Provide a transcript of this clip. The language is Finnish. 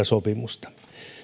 sopimusta